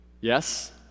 Yes